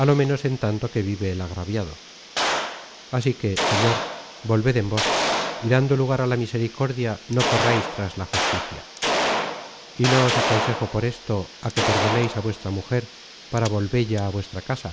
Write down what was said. á lo menos en tanto que vive el agraviado así que señor volved en vos y dando lugar á la misericordia no corrais tras la justicia y no os aconsejo por esto á que perdoneis á vuestra mujer para volvella á vuestra casa